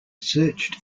searched